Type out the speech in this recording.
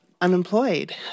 unemployed